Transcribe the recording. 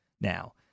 now